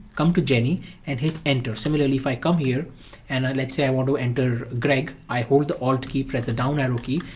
come to jenny and hit enter. similarly, if i come here and let's say i want to enter greg, i hold the alt key, press the down arrow key,